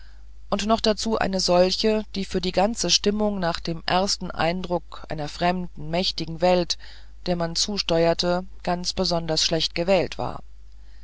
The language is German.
und noch dazu eine solche die für die ganze stimmung nach dem ersten eindruck einer fremden mächtigen welt der man zusteuerte ganz besonders schlecht gewählt war